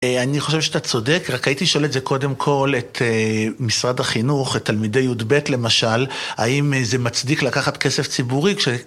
אני חושב שאתה צודק, רק הייתי שואל את זה קודם כל, את משרד החינוך, את תלמידי י"ב למשל, האם זה מצדיק לקחת כסף ציבורי?